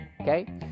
okay